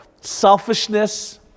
selfishness